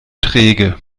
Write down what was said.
träge